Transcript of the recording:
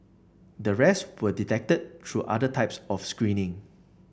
the rest were detected through other types of screening